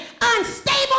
unstable